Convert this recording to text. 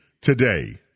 today